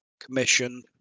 commission